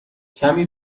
کمی